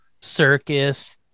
circus